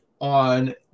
on